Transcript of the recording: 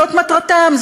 זאת מטרתם.